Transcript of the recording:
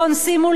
שימו לב,